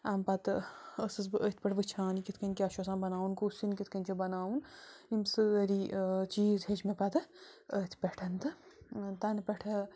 اَمہِ پتہٕ ٲسٕس بہٕ أتھۍ پٮ۪ٹھ وٕچھان یہِ کِتھ کٔنۍ کیٛاہ چھُ آسان بَناون کُس سیُن کِتھ کٔنۍ چھُ بناوُن یِم سٲری چیٖز ہیٚچھ مےٚ پتہٕ أتھ پٮ۪ٹھ تہٕ تنہٕ پٮ۪ٹھہٕ